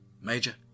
Major